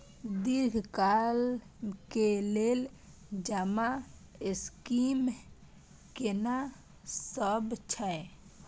दीर्घ काल के लेल जमा स्कीम केना सब छै?